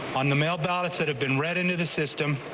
on the mail ballots that have been read into the system.